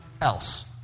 else